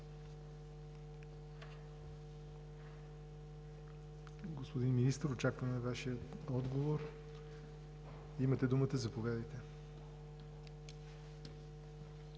Господин Министър, очакваме Вашия отговор. Имате думата. Заповядайте.